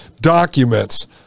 documents